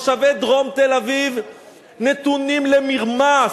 תושבי דרום תל-אביב נתונים למרמס,